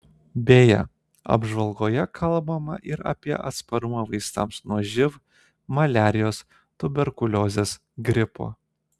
beje apžvalgoje kalbama ir apie atsparumą vaistams nuo živ maliarijos tuberkuliozės gripo